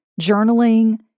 journaling